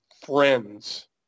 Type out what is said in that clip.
friends